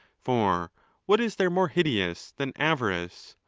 for what is there more hideous than avarice,